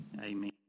Amen